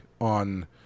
on